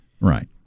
Right